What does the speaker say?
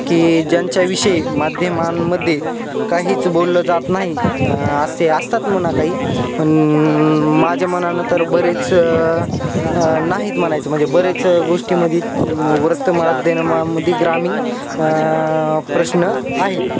की ज्यांच्याविषयी माध्यमांमध्ये काहीच बोललं जात नाही असे असतात म्हणा काही पण माझ्या मनानं तर बरेच नाहीत म्हणायचं म्हणजे बरेच गोष्टीमध्ये वृत्त माध्यमांमध्ये ग्रामीण प्रश्न आहेत